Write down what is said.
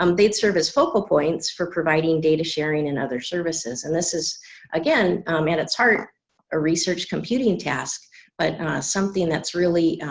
um they'd serve as focal points for providing data sharing and other services and this is again at um and its heart a research computing task but something that's really